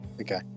Okay